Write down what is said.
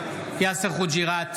חוג'יראת,